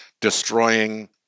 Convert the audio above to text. destroying